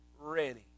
ready